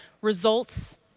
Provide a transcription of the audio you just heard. results